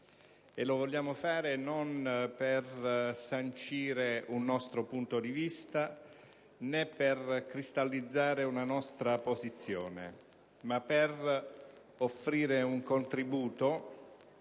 e lo vogliamo fare non per sancire un nostro punto di vista, né per cristallizzare una nostra posizione, ma per offrire un contributo,